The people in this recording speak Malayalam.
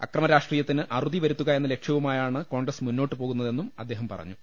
അക്ര മരാഷ്ട്രീയത്തിന് അറുതിവരുത്തുക എന്ന ലക്ഷ്യവുമായാണ് കോൺഗ്രസ് മുന്നോട്ടു പോവുന്നതെന്നും അദ്ദേഹം പറഞ്ഞു